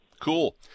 Cool